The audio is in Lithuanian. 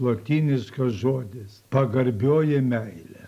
lotyniškas žodis pagarbioji meilė